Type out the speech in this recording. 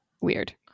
weird